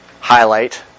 highlight